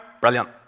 brilliant